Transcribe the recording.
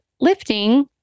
Lifting